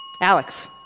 Alex